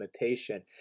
imitation